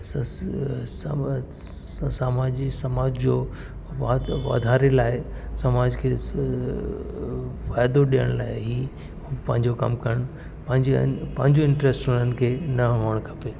असां सां सामाज सामाज जो वाद वधारे लाइ समाज खे अ फ़ाइदो ॾियण लाइ ई पंहिंजो कमु कनि पंहिंजी आहिनि पंहिंजो इंट्र्स्ट उन्हनि खे न हुजणु खपे